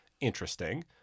interesting